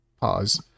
pause